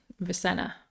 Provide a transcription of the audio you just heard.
Vicenna